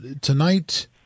tonight